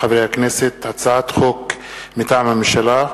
בעד הצביעו תשעה, לא היו נמנעים ולא היו מתנגדים.